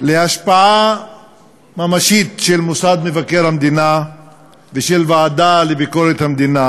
להשפעה ממשית של מוסד מבקר המדינה ושל הוועדה לביקורת המדינה,